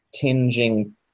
tinging